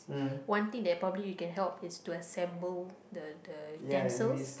one thing that probably you can help is to assemble the the utensils